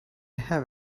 have